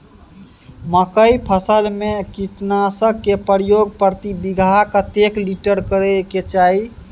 मकई फसल में कीटनासक के प्रयोग प्रति बीघा कतेक लीटर करय के चाही?